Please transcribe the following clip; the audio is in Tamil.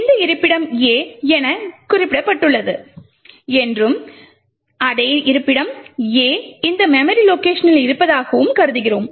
இந்த இருப்பிடம் A என குறிப்பிடப்பட்டுள்ளது என்றும் அதே இருப்பிடம் A இந்த மெமரி லொகேஷனில் இருப்பதாகவும் கருதுகிறோம்